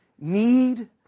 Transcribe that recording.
Need